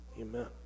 Amen